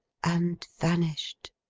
and vanished.